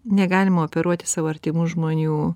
negalima operuoti savo artimų žmonių